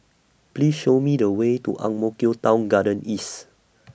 Please Show Me The Way to Ang Mo Kio Town Garden East